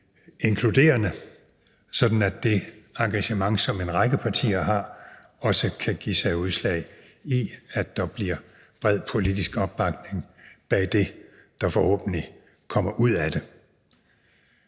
inkluderende, sådan at det engagement, som en række partier har, kan give sig udslag i, at der bliver bred politisk opbakning bag det, der forhåbentlig kommer ud af det.